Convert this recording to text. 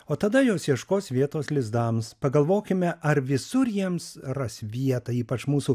o tada jos ieškos vietos lizdams pagalvokime ar visur jiems ras vietą ypač mūsų